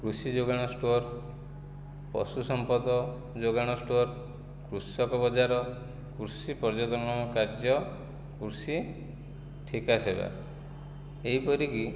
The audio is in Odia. କୃଷି ଯୋଗାଣ ଷ୍ଟୋର ପଶୁ ସମ୍ପଦ ଯୋଗାଣ ଷ୍ଟୋର କୃଷକ ବଜାର କୃଷି ପର୍ଯ୍ୟଟନ କାର୍ଯ୍ୟ କୃଷି ଠିକା ସେବା ଏହିପରିକି